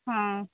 ହଁ